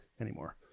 anymore